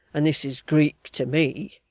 and this is greek to me